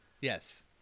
yes